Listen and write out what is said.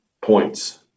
points